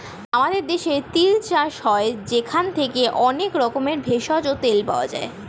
আমাদের দেশে যে তিল চাষ হয় সেখান থেকে অনেক রকমের ভেষজ ও তেল পাওয়া যায়